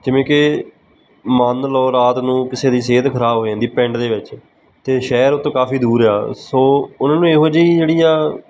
ਜਿਵੇਂ ਕਿ ਮੰਨ ਲਓ ਰਾਤ ਨੂੰ ਕਿਸੇ ਦੀ ਸਿਹਤ ਖਰਾਬ ਹੋ ਜਾਂਦੀ ਪਿੰਡ ਦੇ ਵਿੱਚ ਅਤੇ ਸ਼ਹਿਰ ਉਥੋਂ ਕਾਫੀ ਦੂਰ ਆ ਸੋ ਉਹਨਾਂ ਨੂੰ ਇਹੋ ਜਿਹੀ ਜਿਹੜੀਆਂ